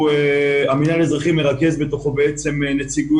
המינהל האזרחי מרכז בתוכו נציגויות